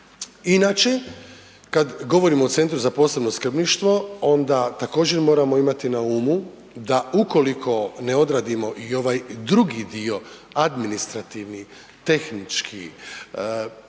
Inače, kad govorimo o Centru za posebno skrbništvo onda također moramo imati na umu, da ukoliko ne odradimo i ovaj drugi dio administrativni, tehnički,